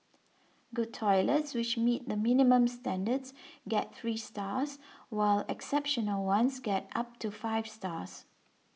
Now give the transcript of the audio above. good toilets which meet the minimum standards get three stars while exceptional ones get up to five stars